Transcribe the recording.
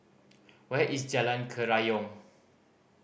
where is Jalan Kerayong